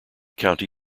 county